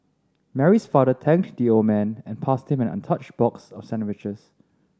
Mary's father thanked the old man and passed him an untouched box of sandwiches